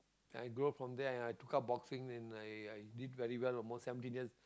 then I grow from there and I took up boxing and I i did very well almost seventeen years